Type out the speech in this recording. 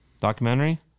documentary